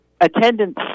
attendance